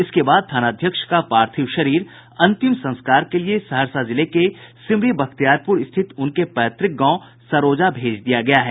इसके बाद थानाध्यक्ष का पार्थिव शरीर अंतिम संस्कार के लिए सहरसा जिले में सिमरी बखितयारपुर स्थित उनके पैतृक गांव सरोजा भेज दिया गया है